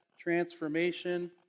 transformation